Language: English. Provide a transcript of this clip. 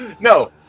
No